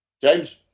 James